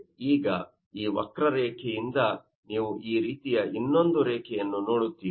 ಈಗ ಈ ವಕ್ರರೇಖೆಯಿಂದ ನೀವು ಈ ರೀತಿಯ ಇನ್ನೊಂದು ರೇಖೆಯನ್ನು ನೋಡುತ್ತೀರಿ